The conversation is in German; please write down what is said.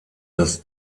das